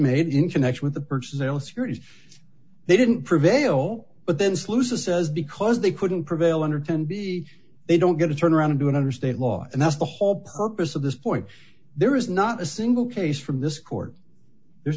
made in connection with the personal security they didn't prevail but then salusa says because they couldn't prevail under ten b they don't get to turn around and do it under state law and that's the whole purpose of this point there is not a single case from this court there's